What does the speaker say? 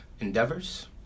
endeavors